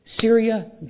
Syria